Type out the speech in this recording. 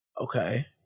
Okay